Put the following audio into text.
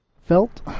felt